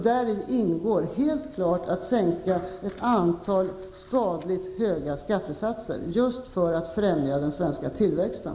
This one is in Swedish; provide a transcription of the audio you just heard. Däri ingår helt klart att sänka ett antal skadligt höga skattesatser just för att främja den svenska tillväxten.